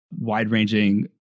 wide-ranging